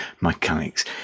mechanics